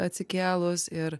atsikėlus ir